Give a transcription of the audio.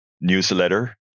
newsletter